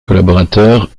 collaborateurs